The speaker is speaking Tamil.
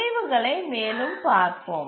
முடிவுகளை மேலும் பார்ப்போம்